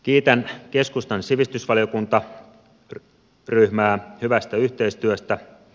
kiitän keskustan sivistysvaliokuntaryhmää hyvästä yhteistyöstä